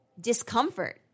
discomfort